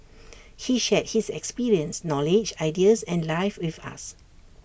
he shared his experience knowledge ideas and life with us